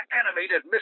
animated